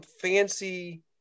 fancy